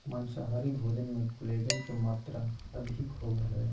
माँसाहारी भोजन मे कोलेजन के मात्र अधिक होवो हय